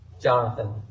Jonathan